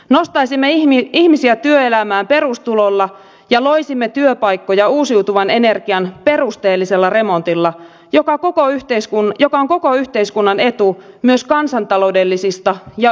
nostaisimme ihmisiä työelämään perustulolla ja loisimme työpaikkoja uusiutuvan energian perusteellisella remontilla joka on koko yhteiskunnan etu myös kansantaloudellisista ja ympäristösyistä